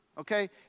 Okay